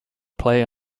play